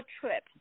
trip